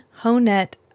Honet